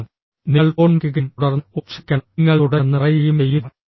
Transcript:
തുടർന്ന് നിങ്ങൾ ഫോൺ വെക്കുകയും തുടർന്ന് ഓ ക്ഷമിക്കണം നിങ്ങൾ തുടരുമെന്ന് പറയുകയും ചെയ്യുന്നു